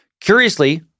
Curiously